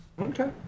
Okay